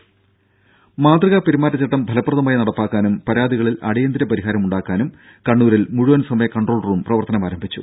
രും മാതൃകാ പെരുമാറ്റച്ചട്ടം ഫലപ്രദമായി നടപ്പാക്കാനും പരാതികളിൽ അടിയന്തര പരിഹാരമുണ്ടാക്കാനും കണ്ണൂരിൽ മുഴുവൻ സമയ കൺട്രോൾ റൂം പ്രവർത്തനമാരംഭിച്ചു